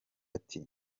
ati